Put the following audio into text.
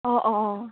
অঁ অঁ